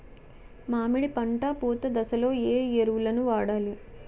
మామిడి పంట పూత దశలో ఏ ఎరువులను వాడాలి?